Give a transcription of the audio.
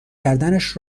کردنش